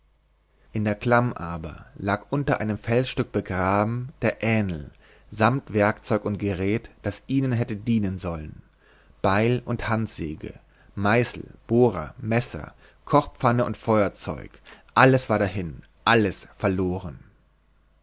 in der klamm aber lag unter einem felsstück begraben der ähnl samt werkzeug und gerät das ihnen hätte dienen sollen beil und handsäge meißel bohrer messer kochpfanne und feuerzeug alles war dahin alles verloren